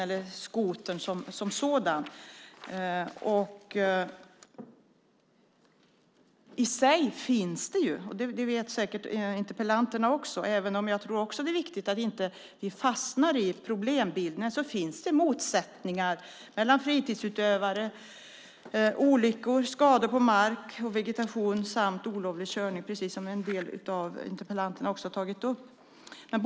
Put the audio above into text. Interpellanterna vet säkert att det är viktigt att vi inte fastnar i problembilderna, men det finns motsättningar i fråga om fritidsutövare, olyckor, skador på mark och vegetation samt olovlig körning. En del av interpellanterna har tagit upp detta.